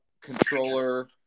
controller